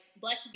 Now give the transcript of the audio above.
Black